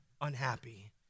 unhappy